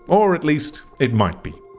or at least it might be.